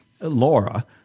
Laura